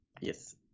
Yes